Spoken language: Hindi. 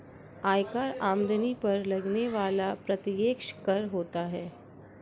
आयकर आमदनी पर लगने वाला प्रत्यक्ष कर होता है